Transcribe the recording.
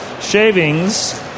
shavings